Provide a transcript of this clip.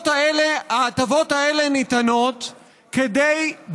ההטבות האלה ניתנות כדי,